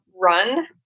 run